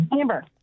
Amber